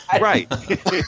right